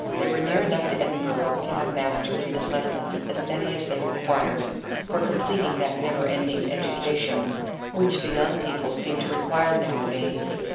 they were near enough to edinburgh to have masters and lessons as many as they required for completing that never-ending education which the young people seem to require nowadays.